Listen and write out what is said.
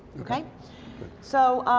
ok so